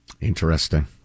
Interesting